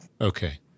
Okay